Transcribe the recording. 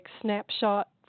snapshot